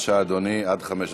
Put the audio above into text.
בבקשה, אדוני, עד חמש דקות.